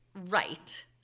Right